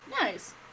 Nice